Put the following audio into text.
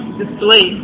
display